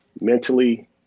mentally